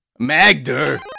Magder